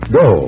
go